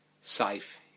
safe